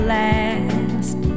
last